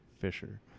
Fisher